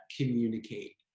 communicate